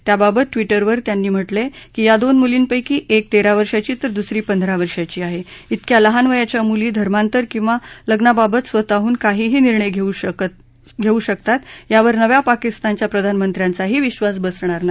याबाबत ट्विटरवर त्यांनी म्हटलंय की या दोन मुलींपक्षी एक तेरा वर्षांची तर दुसरी पंधरा वर्षांची आहे तेक्या लहान वयाच्या मुली धर्मांतर किंवा लग्नाबाबत स्वतःहून काही निर्णय घेवू शकतात यावर नव्या पाकिस्तानच्या प्रधानमंत्र्यांचाही विद्वास बसणार नाही